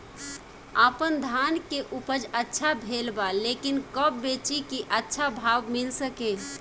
आपनधान के उपज अच्छा भेल बा लेकिन कब बेची कि अच्छा भाव मिल सके?